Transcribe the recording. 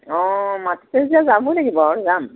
অঁ মাতিছে যেতিয়া যাবই লাগিব আৰু যাম